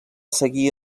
seguir